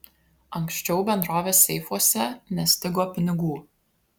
anksčiau bendrovės seifuose nestigo pinigų